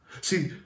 See